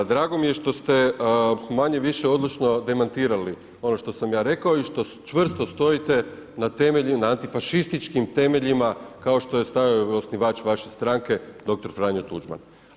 Drago mi je što ste manje-više odlučno demantirali ono što sam ja rekao i što čvrsto stojite na antifašističkim temeljima kao što je stajao i osnivač vaše stranke dr. Franjo Tuđman.